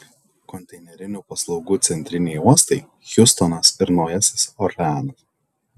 konteinerinių paslaugų centriniai uostai hjustonas ir naujasis orleanas